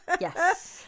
yes